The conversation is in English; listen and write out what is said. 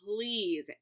please